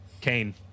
kane